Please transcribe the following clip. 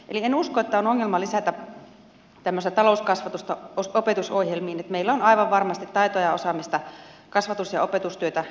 en usko että on ongelma lisätä tämmöistä talouskasvatusta opetusohjelmiin meillä on aivan varmasti taitoa ja osaamista kasvatus ja opetustyötä suunnitteleville tahoille